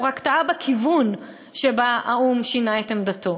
הוא רק טעה בכיוון שבו האו"ם שינה את עמדתו.